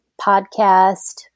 podcast